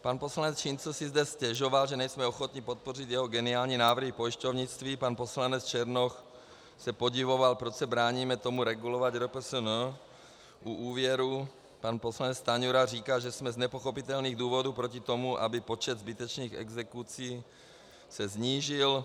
Pan poslanec Šincl si zde stěžoval, že nejsme ochotni podpořit jeho geniální návrhy k pojišťovnictví, pan poslanec Černoch se podivoval, proč se bráníme tomu regulovat RPSN u úvěru, pan poslanec Stanjura říkal, že jsme z nepochopitelných důvodů proti tomu, aby počet zbytečných exekucí se snížil.